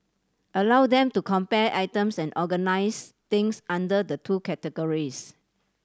allow them to compare items and organise things under the two categories